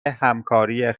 همکاری